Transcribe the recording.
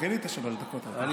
עכשיו אני רוצה לשמוע גם, לא